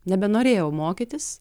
nebenorėjau mokytis